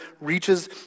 reaches